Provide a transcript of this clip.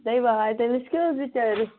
تَے واے تٔمِس کیٛاہ اوس بِچٲرِس